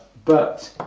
but